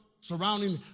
surrounding